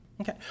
Okay